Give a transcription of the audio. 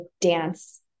dance